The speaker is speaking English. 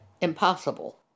impossible